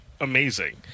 Amazing